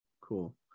cool